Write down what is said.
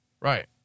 Right